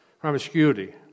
promiscuity